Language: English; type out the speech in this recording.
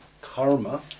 karma